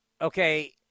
okay